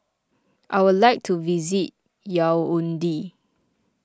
I would like to visit Yaounde